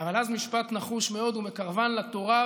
אבל אז, משפט נחוש מאוד: ומקרבן לתורה.